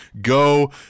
go